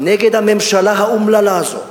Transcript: נגד הממשלה האומללה הזאת,